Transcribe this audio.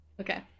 Okay